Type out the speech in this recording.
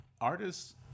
artists